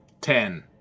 Ten